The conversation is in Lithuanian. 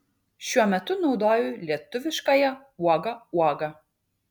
šiuo metu naudoju lietuviškąją uoga uoga